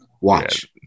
Watch